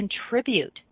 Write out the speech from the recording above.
contribute